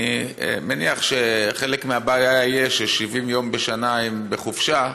אני מניח שחלק מהבעיה יהיה ש-70 יום בשנה הם בחופשה,